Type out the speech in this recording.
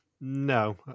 No